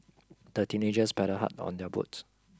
the teenagers paddled hard on their boat